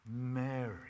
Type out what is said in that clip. Mary